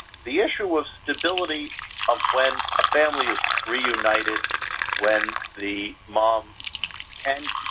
the issue of stability of when a family is reunited when the mom can